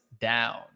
down